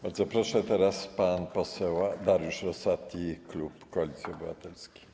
Bardzo proszę, teraz pan poseł Dariusz Rosati, klub Koalicji Obywatelskiej.